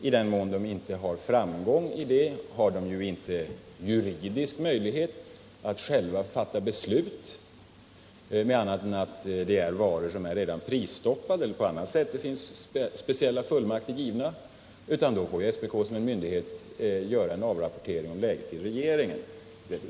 I den mån man i SPK inte har framgång i de ansträngningarna har man inte någon juridisk möjlighet att själv fatta beslut om andra varor än sådana som redan är prisstoppade eller då det på annat sätt finns speciella fullmakter givna, utan då får SPK som myndighet göra en avrapportering om läget till regeringen.